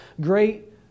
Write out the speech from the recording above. great